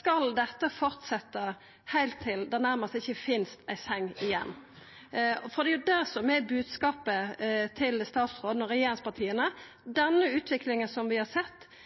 Skal dette fortsetja heilt til det nærmast ikkje finst ei seng igjen? For det er jo det som er bodskapet til statsråden og regjeringspartia – denne utviklinga som vi har sett,